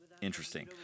interesting